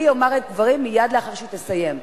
אני אומר את הדברים מייד לאחר שתסיים.